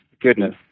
Goodness